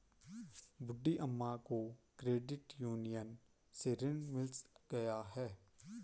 बूढ़ी अम्मा को credit union से ऋण मिल गया है